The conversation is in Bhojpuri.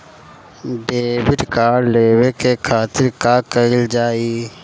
डेबिट कार्ड लेवे के खातिर का कइल जाइ?